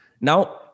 Now